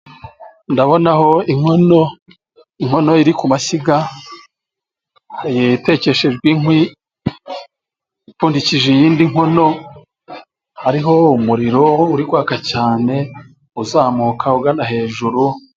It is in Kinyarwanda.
Ndabona inkono iri ku mashyiga yatekeshejwe inkwi ipfundikije, iyindi nkono hariho umuriro uri kwaka cyane, uzamuka ugana hejuru.